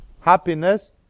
Happiness